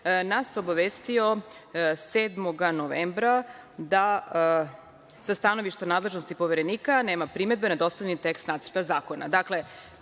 nas obavestio 7. novembra da sa stanovišta nadležnosti poverenika nema primedbe na dostavljeni tekst Nacrta zakona. Dakle,